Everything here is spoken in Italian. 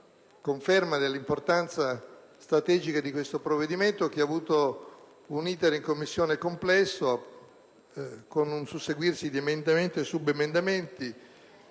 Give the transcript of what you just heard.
conferma dell'importanza strategica di questo provvedimento, che ha avuto un *iter* complesso in Commissione, con un susseguirsi di emendamenti e subemendamenti,